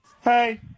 Hey